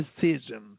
decision